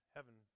Heaven